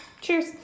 cheers